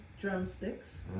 drumsticks